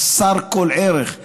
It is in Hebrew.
חסר כל ערך.